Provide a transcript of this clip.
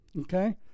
okay